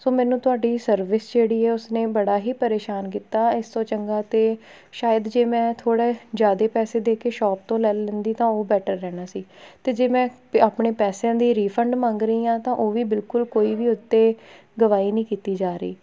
ਸੋ ਮੈਨੂੰ ਤੁਹਾਡੀ ਸਰਵਿਸ ਜਿਹੜੀ ਹੈ ਉਸਨੇ ਬੜਾ ਹੀ ਪਰੇਸ਼ਾਨ ਕੀਤਾ ਇਸ ਤੋਂ ਚੰਗਾ ਤਾਂ ਸ਼ਾਇਦ ਜੇ ਮੈਂ ਥੋੜ੍ਹਾ ਜ਼ਿਆਦਾ ਪੈਸੇ ਦੇ ਕੇ ਸ਼ੋਪ ਤੋਂ ਲੈ ਲੈਂਦੀ ਤਾਂ ਉਹ ਬੈਟਰ ਰਹਿਣਾ ਸੀ ਅਤੇ ਜੇ ਮੈਂ ਆਪਣੇ ਪੈਸਿਆਂ ਦੀ ਰੀਫੰਡ ਮੰਗ ਰਹੀ ਹਾਂ ਤਾਂ ਉਹ ਵੀ ਬਿਲਕੁਲ ਕੋਈ ਵੀ ਉਸ 'ਤੇ ਗਵਾਹੀ ਨਹੀਂ ਕੀਤੀ ਜਾ ਰਹੀ